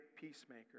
peacemaker